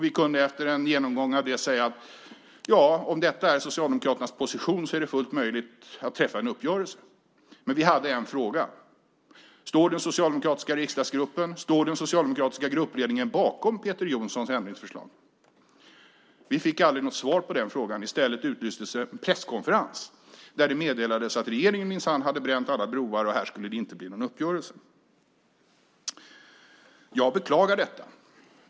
Vi kunde efter en genomgång av dem säga att om detta var Socialdemokraternas position var det fullt möjligt att träffa en uppgörelse, men vi hade en fråga: Står den socialdemokratiska riksdagsgruppen och den socialdemokratiska gruppledningen bakom Peter Jonssons ändringsförslag? Vi fick aldrig något svar på den frågan. I stället utlystes en presskonferens där det meddelades att regeringen minsann hade bränt alla broar och det skulle inte bli någon uppgörelse här. Jag beklagar detta.